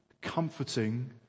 comforting